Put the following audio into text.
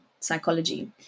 Psychology